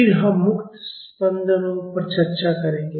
फिर हम मुक्त स्पंदनों पर चर्चा करेंगे